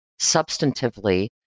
substantively